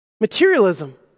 materialism